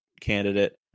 candidate